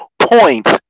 points